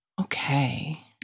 Okay